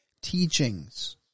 teachings